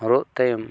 ᱦᱚᱨᱚᱜ ᱛᱟᱭᱚᱢ